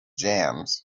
jams